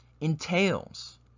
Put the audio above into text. entails